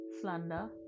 slander